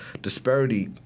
disparity